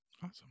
Awesome